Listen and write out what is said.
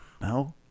No